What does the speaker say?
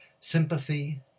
Sympathy